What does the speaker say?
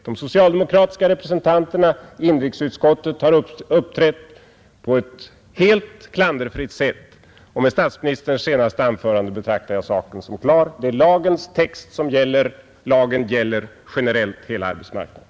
De socialdemokratiska representanterna i inrikesutskottet har uppträtt på ett helt klanderfritt sätt, och med statsministerns senaste anförande betraktar jag saken som klar. Det är lagens text som gäller — lagen gäller generellt hela arbetsmarknaden.